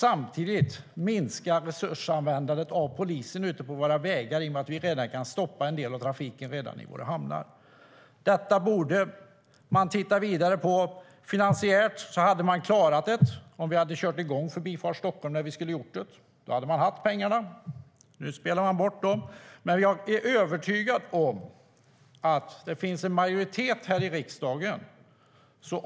Samtidigt minskar användandet av polisresurser på våra vägar eftersom vi kan stoppa en del av trafiken redan i våra hamnar. Detta borde man titta vidare på. Finansiellt skulle man ha klarat det om vi hade kört igång Förbifart Stockholm när det var tänkt. Då skulle pengarna ha funnits. Nu spelar man bort dem.